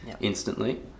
instantly